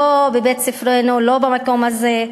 לא בבית-ספרנו, לא במקום הזה,